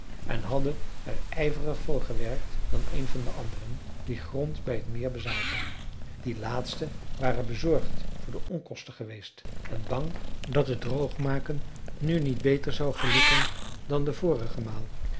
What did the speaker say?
en hadden er ijveriger voor gewerkt dan een van de anderen die grond bij het meer bezaten die laatsten waren bezorgd voor de onkosten geweest en bang dat het droogmaken nu niet beter zou gelukken dan de vorige maal